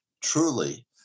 truly